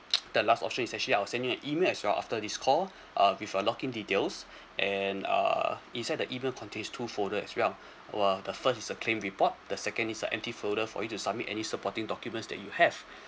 and the last option is actually I'll send you an email as well after this call uh with a login details and uh inside the email content there's two folders as well uh the first is a claim report the second is a empty folder for you to submit any supporting documents that you have